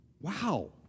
wow